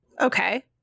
Okay